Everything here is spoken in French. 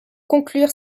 conclure